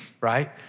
right